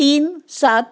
तीन सात